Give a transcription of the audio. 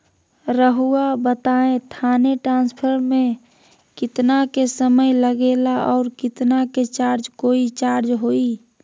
रहुआ बताएं थाने ट्रांसफर में कितना के समय लेगेला और कितना के चार्ज कोई चार्ज होई?